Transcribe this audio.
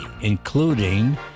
including